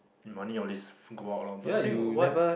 money all these go out lah but I think what